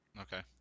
Okay